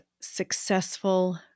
successful